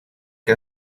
que